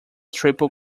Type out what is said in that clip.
triple